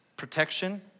Protection